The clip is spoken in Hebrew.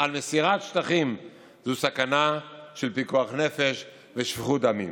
על מסירת שטחים זו סכנה של פיקוח נפש ושפיכות דמים.